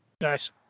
nice